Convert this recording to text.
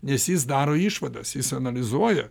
nes jis daro išvadas jis analizuoja